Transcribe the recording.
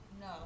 No